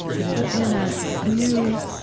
it is, in a new,